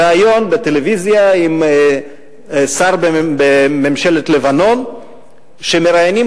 ריאיון בטלוויזיה עם שר בממשלת לבנון לקראת